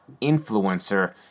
Influencer